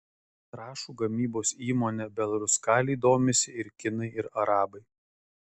trąšų gamybos įmone belaruskalij domisi ir kinai ir arabai